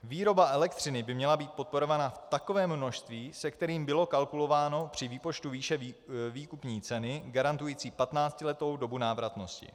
Výroba elektřiny by měla být podporována v takovém množství, se kterým bylo kalkulováno při výpočtu výše výkupní ceny garantující patnáctiletou dobu návratnosti.